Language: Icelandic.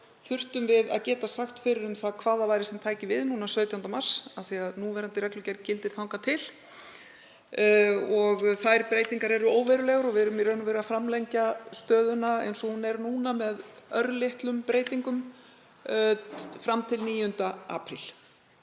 þurftum við að geta sagt fyrir um hvað það væri sem tæki við núna 17. mars af því að núgildandi reglugerð gildir þangað til. Þær breytingar eru óverulegar og við erum í raun og veru að framlengja stöðuna eins og hún er núna með örlitlum breytingum fram til 9. apríl.